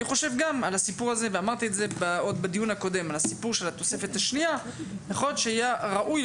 אני חושב וגם אמרתי את זה בדיון הקודם שיכול להיות שיהיה ראוי,